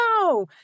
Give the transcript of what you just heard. no